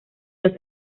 los